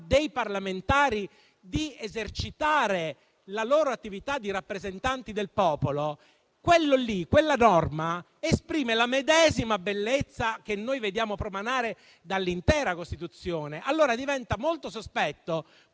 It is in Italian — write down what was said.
dei parlamentari di esercitare la loro attività di rappresentanti del popolo, tale norma esprime la medesima bellezza che noi vediamo promanare dall'intera Costituzione. Diventa allora molto sospetto